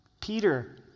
Peter